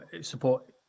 support